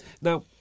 Now